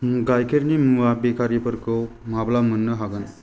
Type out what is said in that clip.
गाइखेरनि मुवा बेकारिफोरखौ माब्ला मोन्नो हागोन